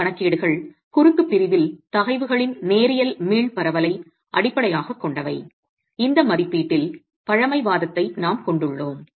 இந்த கணக்கீடுகள் குறுக்கு பிரிவில் தகைவுகளின் நேரியல் மீள் பரவலை அடிப்படையாகக் கொண்டவை இந்த மதிப்பீட்டில் பழமைவாதத்தை நாம் கொண்டுள்ளோம்